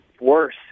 worse